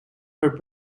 her